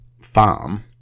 farm